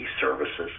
services